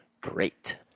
great